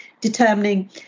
determining